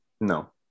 No